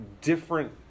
different